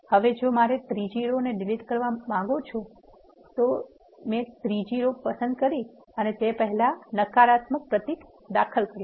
હવે જો મારે ત્રીજી રો ને ડિલીટ કરવા માંગું છું તેથી મેં ત્રીજી રો પસંદ કરી અને તે પહેલાં નકારાત્મક પ્રતીક દાખલ કરો